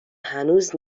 هنوز